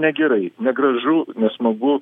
negerai negražu nesmagu